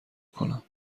کنم